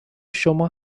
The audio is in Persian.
شما